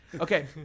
Okay